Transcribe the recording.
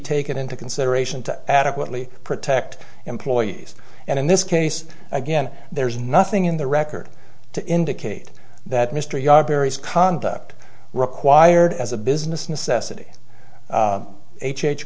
taken into consideration to adequately protect employees and in this case again there is nothing in the record to indicate that mr ja barry's conduct required as a business necessity h h